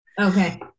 Okay